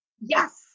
Yes